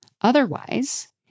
Otherwise